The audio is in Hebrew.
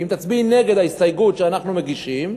אם תצביעי נגד ההסתייגות שאנחנו מגישים,